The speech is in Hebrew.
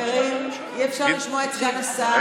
חברים, אי-אפשר לשמוע את סגן השר.